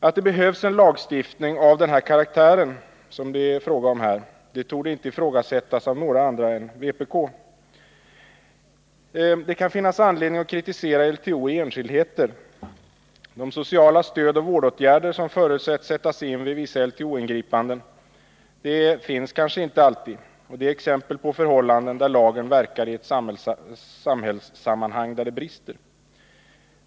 Att det behövs en lagstiftning av denna karaktär torde inte ifrågasättas av några andra än vpk. Det kan finnas anledning att kritisera LTO i enskildheter. De sociala stödoch vårdåtgärder som förutsätts sättas in vid vissa LTO-ingripanden vidtas kanske inte. Det är exempel på att lagen verkar i ett samhällssammanhang där det brister.